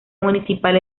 municipal